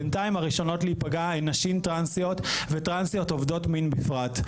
בינתיים הראשונות להיפגע הן נשים טרנסיות וטרנסיות עובדות מין בפרט.